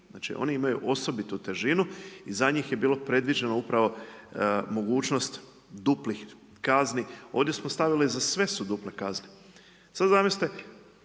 Znači oni imaju osobitu težinu i za njih je bilo predviđeno upravo mogućnost duplih kazni. Ovdje smo stavili za sve su duple kazne. Sada zamislite